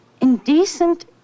indecent